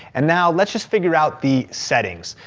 and now let's just figure out the settings.